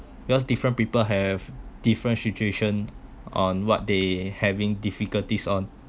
because different people have different situation on what they having difficulties on